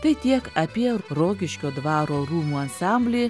tai tiek apie rokiškio dvaro rūmų ansamblį